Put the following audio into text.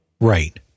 Right